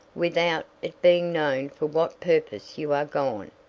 without it being known for what purpose you are gone?